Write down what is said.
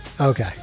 Okay